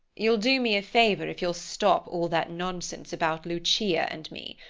you'll do me a favor if you'll stop all that nonsense about lucia and me.